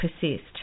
persist